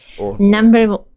Number